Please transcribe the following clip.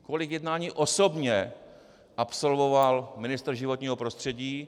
Kolik jednání osobně absolvoval ministr životního prostředí?